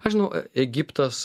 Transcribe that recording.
aš žinau egiptas